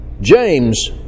James